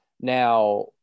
Now